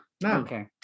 No